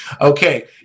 Okay